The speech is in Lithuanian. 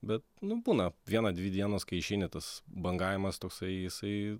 bet nu būna vieną dvi dienas kai išeini tas bangavimas toksai jisai